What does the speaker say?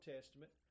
Testament